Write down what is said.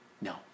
No